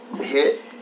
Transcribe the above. Hit